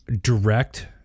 direct